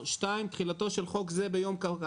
כי אם עכשיו מחירי המזון בעולם